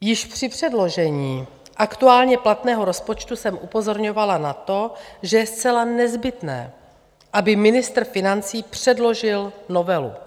Již při předložení aktuálně platného rozpočtu jsem upozorňovala na to, že je zcela nezbytné, aby ministr financí předložil novelu.